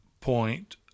point